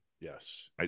Yes